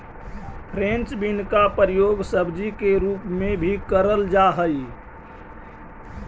French bean का प्रयोग सब्जी के रूप में भी करल जा हई